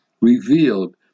revealed